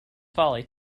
folly